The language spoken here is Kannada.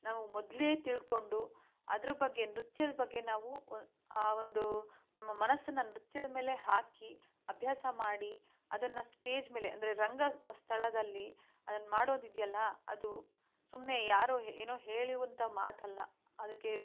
ನಮ್ಗೆ ಮೊದಲೇ ತಿಳ್ಕೊಂಡು ಅದ್ರ ಬಗ್ಗೆ ನೃತ್ಯದ ಬಗ್ಗೆ ನಾವು ಒ ಆ ಒಂದು ನಮ್ಮ ಮನಸ್ಸನ್ನು ನೃತ್ಯದ ಮೇಲೆ ಹಾಕಿ ಅಭ್ಯಾಸ ಮಾಡಿ ಅದನ್ನು ಸ್ಟೇಜ್ ಮೇಲೆ ಅಂದರೆ ರಂಗಸ್ಥಳದಲ್ಲಿ ಅದನ್ನ ಮಾಡೋದು ಇದೆಯಲ್ಲ ಅದು ಸುಮ್ಮನೆ ಯಾರೋ ಏನೋ ಹೇಳುವಂಥ ಮಾತಲ್ಲ ಅದಕ್ಕೆ